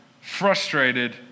frustrated